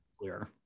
clear